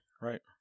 Right